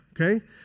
okay